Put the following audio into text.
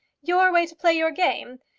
your way to play your game!